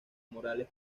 morales